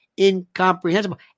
incomprehensible